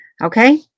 Okay